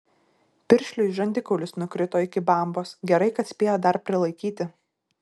piršliui žandikaulis nukrito iki bambos gerai kad spėjo dar prilaikyti